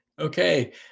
Okay